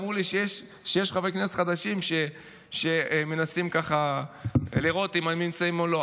אמרו לי שיש חברי כנסת חדשים שמנסים ככה לראות אם הם נמצאים או לא.